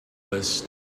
list